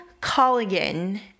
Colligan